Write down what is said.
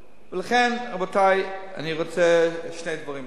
לכן, רבותי, אני רוצה להוסיף עוד שני דברים: